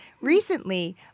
Recently